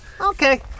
okay